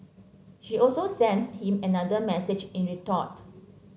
she also sent him another message in retort